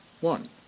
one